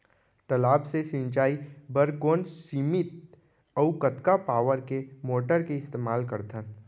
तालाब से सिंचाई बर कोन सीमित अऊ कतका पावर के मोटर के इस्तेमाल करथन?